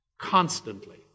constantly